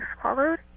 swallowed